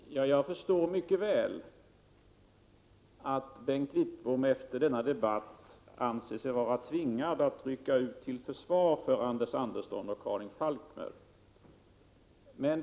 Herr talman! Jag förstår mycket väl att Bengt Wittbom efter denna debatt anser sig vara tvingad att rycka ut till försvar för Anders Andersson och Karin Falkmer.